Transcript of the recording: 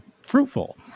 fruitful